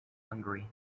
hungary